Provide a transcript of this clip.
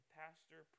pastor